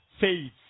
faith